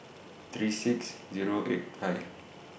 three six Zero eight five